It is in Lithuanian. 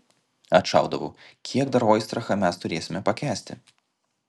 atšaudavau kiek dar oistrachą mes turėsime pakęsti